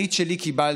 אני את שלי קיבלתי,